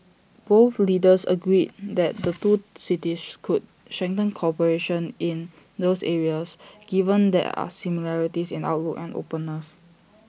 both leaders agreed that the two cities could strengthen cooperation in those areas given their are similarities in outlook and openness